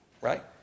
right